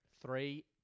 three